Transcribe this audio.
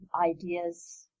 ideas